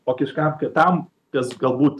o kažkam kitam kas galbūt